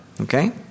okay